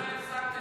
למה לא הפסקתם?